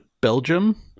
Belgium